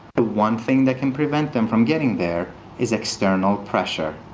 the one thing that can prevent them from getting there is external pressure.